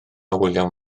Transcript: william